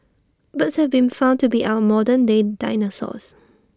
birds have been found to be our modern day dinosaurs